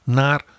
...naar